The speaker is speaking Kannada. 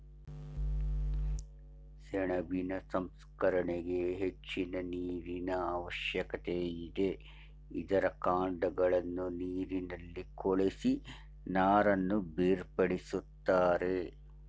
ಸೆಣಬಿನ ಸಂಸ್ಕರಣೆಗೆ ಹೆಚ್ಚಿನ ನೀರಿನ ಅವಶ್ಯಕತೆ ಇದೆ, ಇದರ ಕಾಂಡಗಳನ್ನು ನೀರಿನಲ್ಲಿ ಕೊಳೆಸಿ ನಾರನ್ನು ಬೇರ್ಪಡಿಸುತ್ತಾರೆ